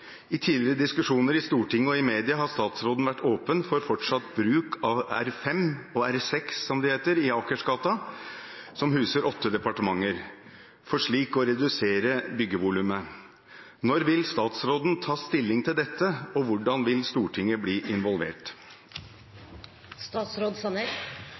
I tidligere diskusjoner i Stortinget og i media har statsråden vært åpen for fortsatt bruk av R5 og R6 i Akersgata som huser åtte departementer, for slik å redusere bygningsvolumet. Når vil statsråden ta stilling til dette, og hvordan vil Stortinget bli involvert?»